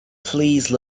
please